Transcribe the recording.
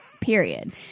Period